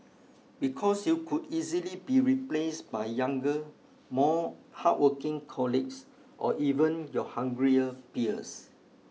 because you could easily be replaced by younger more hardworking colleagues or even your hungrier peers